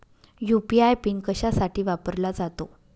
UPI PIN कशासाठी वापरला जातो?